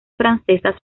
francesas